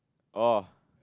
oh